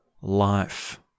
life